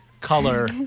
color